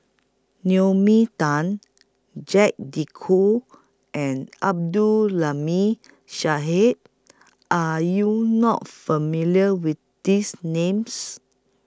Naomi Tan Jacques De Coutre and Abdul Aleem Are YOU not familiar with These Names